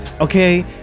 Okay